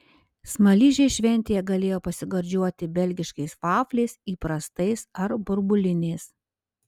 smaližiai šventėje galėjo pasigardžiuoti belgiškais vafliais įprastais ar burbuliniais